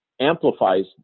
amplifies